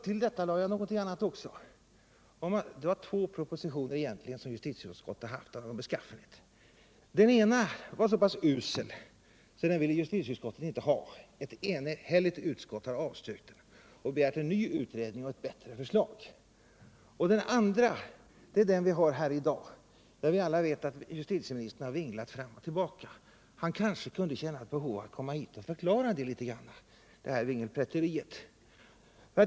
Till detta lade jag också någonting annat. Det är två propositioner av någon beskaffenhet som justitieutskottet har handlagt. Den ena var så pass usel att justitieutskottet inte ville ha den — ett enhälligt utskott har avstyrkt den och begärt en ny utredning och ett bättre förslag. Den andra är den vi behandlar här i dag och där vi alla vet att justitieministern vinglat fram och tillbaka. Han kanske kunde känna ett behov av att komma hit och förklara sitt vingelpetteri.